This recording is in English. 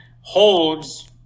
holds